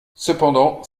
cependant